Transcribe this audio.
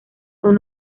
son